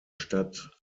stadt